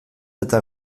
eta